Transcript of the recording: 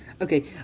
Okay